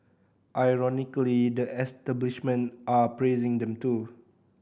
ironically the establishment are praising them too